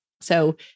So-